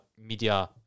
media